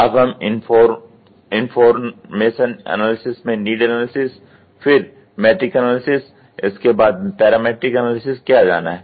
अब हम information analysis में नीड एनालिसिस फिर मैट्रिक्स एनालिसिस इसके बाद पैरामीट्रिक एनालिसिस किया जाना है